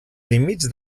límits